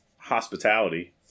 hospitality